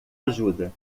ajuda